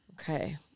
Okay